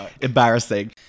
Embarrassing